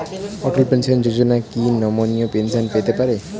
অটল pension যোজনা কি নমনীয় পেনশন পেতে পারে?